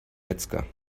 metzger